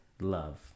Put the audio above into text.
love